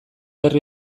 herri